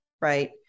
right